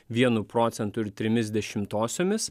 vienu procentu ir trimis dešimtosiomis